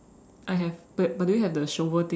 I have but but do you have the shovel thing